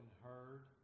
heard